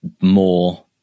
more